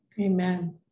Amen